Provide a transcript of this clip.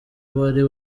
wari